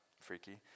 freaky